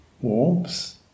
warps